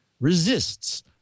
resists